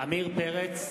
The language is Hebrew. עמיר פרץ,